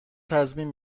تضمین